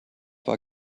war